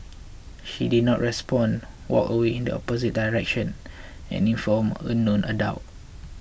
she did not respond walked away in the opposite direction and informed a known adult